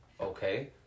okay